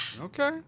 Okay